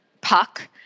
puck